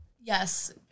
yes